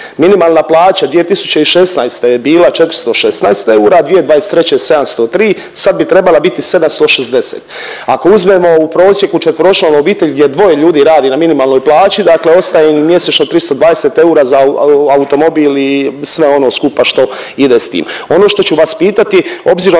Minimalna plaća 2016. je bila 416 eura, 2023. 703, sad bi trebala biti 760, ako uzmemo u prosjeku četveročlanu obitelj gdje dvoje ljudi radi na minimalnoj plaći ostaje im mjesečno 320 eura za automobil i sve ono skupa što ide s tim. Ono što ću vas pitati, obzirom